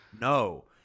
no